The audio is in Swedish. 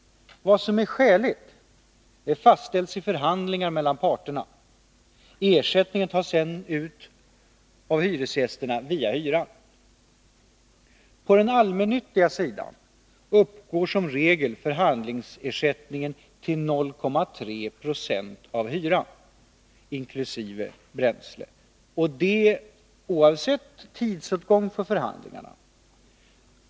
Vad som är skäligt fastställs i förhandlingar mellan parterna. Ersättningen tas sedan ut av hyresgästerna via hyran. På den allmännyttiga sidan uppgår som regel förhandlingsersättningen till 0,3 20 av hyran, inkl. bränsle, och det oavsett tidsåtgång för förhandlingarna.